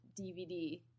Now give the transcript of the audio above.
DVD